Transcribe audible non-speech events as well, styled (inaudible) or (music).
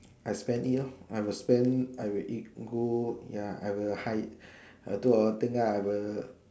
I spend it lor I will spend I will eat good ya I will hide (breath) err do a lot of thing ah I will